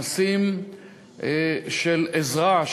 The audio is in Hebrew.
מעשים של עזרה,